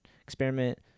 Experiment